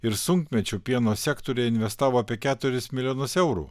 ir sunkmečiu pieno sektoriuje investavo apie keturis milijonus eurų